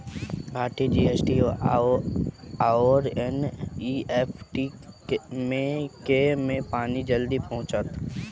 RTGS आओर NEFT मे केँ मे पानि जल्दी पहुँचत